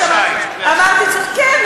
כן,